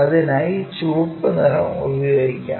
അതിനായി ചുവപ്പു നിറം ഉപയോഗിക്കാം